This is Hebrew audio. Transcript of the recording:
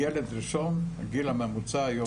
הילד הראשון היום